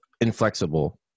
inflexible